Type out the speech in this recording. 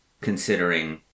considering